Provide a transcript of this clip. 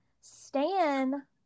Stan